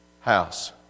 house